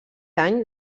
any